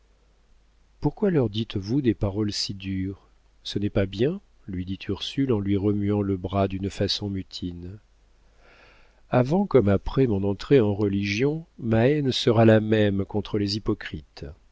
pourquoi leur dites-vous des paroles si dures ce n'est pas bien lui dit ursule en lui remuant le bras d'une façon mutine avant comme après mon entrée en religion ma haine sera la même contre les hypocrites